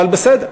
אבל בסדר,